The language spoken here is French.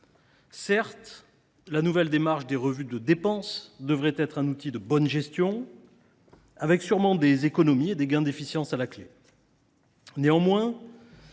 Certes, la nouvelle démarche des revues de dépenses devrait être un outil de bonne gestion, avec, à la clé, sûrement des économies et des gains d’efficience. Mais